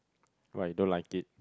why you don't like it